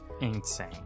Insane